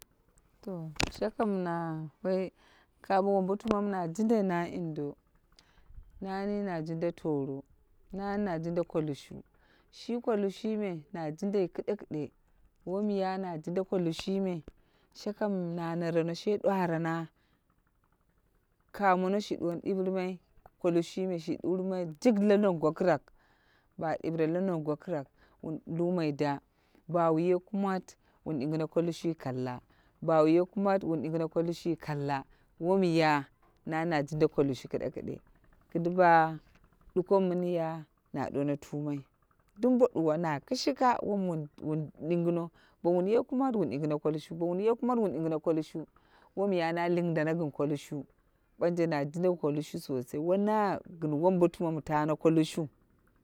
To shakami na woi ka mo wombo tuma na jindai na indo. Nani na jinda toro, nani na jinda ko lushu. Shi ko lushu me na jindai kiɗe- kiɗe wom ya na jinda ko lushu me shaka mi nana rano she ɗwarana, kamono shi duwon ɗirimpri ko lushu me shi ɗirimai jik la non gawakrak ba ɗire la nong gwakrak wun lumai da ba wu ye kumat wun ɗingino ko lushui kalla, ba wu ye kumat wu ɗingino ko lushui kalla womya na na jinda ko lushu kiɗen kiɗe. Kiduwo ɗuko min ya na duwoni tumai dumbo duwa na kishika wom wun ɗingino. Bo wun ye kumat wun ɗingino ko lushu. Bo wun ye kamat wun ɗiyino ko lushu. Wonnya na lingdana gin ko lushu. Banje na jinda ko lushu sosai, wo na gin wombotuma mi tana ko lushu.